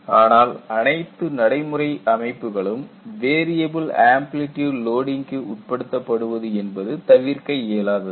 ஆனால் அனைத்து நடைமுறை அமைப்புகளும் வேரியபில் ஆம்ப்லிட்யூட் லோடிங்க்கு உட்படுத்தப்படுவது என்பது தவிர்க்க இயலாதது